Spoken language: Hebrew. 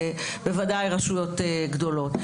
בוודאי ברשויות גדולות.